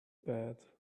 bad